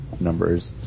numbers